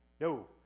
No